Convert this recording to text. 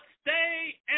stay